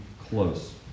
close